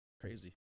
Crazy